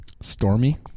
Stormy